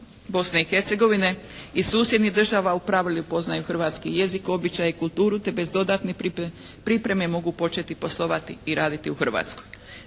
Bosne i Hercegovine i susjednih država u pravilu poznaju hrvatski jezik, običaje i kulturu te bez dodatne pripreme mogu početi poslovati i raditi u Hrvatskoj.